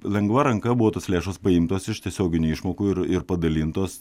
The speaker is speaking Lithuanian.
lengva ranka buvo tos lėšos paimtos iš tiesioginių išmokų ir ir padalintos